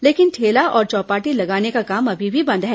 लेकिन ठेला और चौपाटी लगाने का काम अभी भी बंद है